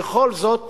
בכל זאת